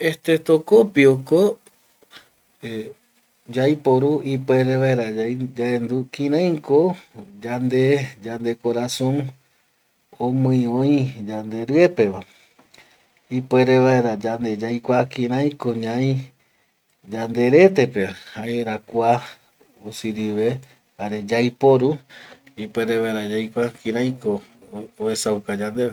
Estetokopioko eh yaiporu ipuere vaera yaendu kiraiko yande yande corazon omii oi yande riepeva ipuere vaera yande yaikua kiraiko ñai yande retepeva jaera kua osirive jare yaiporu ipuere vaera yaikua kiraiko oesauka yandeva